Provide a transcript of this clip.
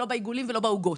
לא בעיגולים ולא בעוגות.